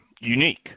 unique